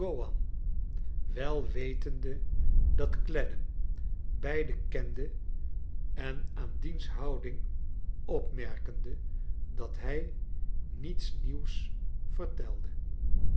wel wetende dat clennam beiden kende en aan diens houding opmerkende dat hij niets nieuws vertelde